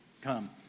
come